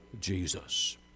Jesus